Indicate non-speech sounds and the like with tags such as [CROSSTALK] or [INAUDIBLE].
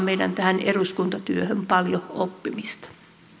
[UNINTELLIGIBLE] meidän eduskuntatyöhömme paljon oppimista